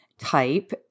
type